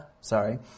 sorry